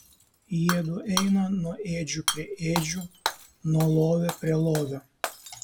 jiedu eina nuo ėdžių prie ėdžių nuo lovio prie lovio